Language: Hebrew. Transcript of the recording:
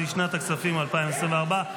לשנת הכספים 2024,